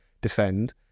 defend